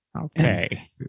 Okay